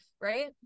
right